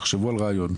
תחשבו על רעיון,